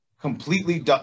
completely